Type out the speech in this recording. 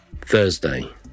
Thursday